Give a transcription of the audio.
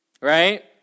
right